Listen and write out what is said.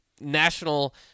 national